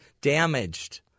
damaged